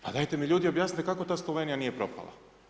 Pa dajte mi ljudi objasnite kako ta Slovenija nije propala.